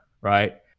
right